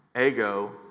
ego